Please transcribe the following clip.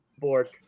Board